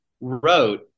wrote